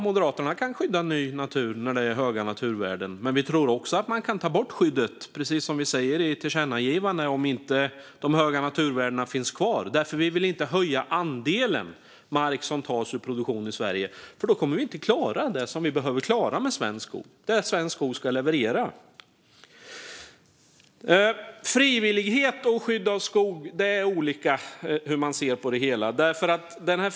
Moderaterna kan skydda ny natur när det är höga naturvärden, men som vi säger i tillkännagivandet anser vi också att man kan ta bort skyddet om de höga naturvärdena inte finns kvar. Vi vill nämligen inte höja andelen mark som tas ur produktion, för då kommer svensk skog inte att klara av att leverera det som krävs. När det gäller frivillighet och skydd av skog har vi olika syn.